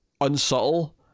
unsubtle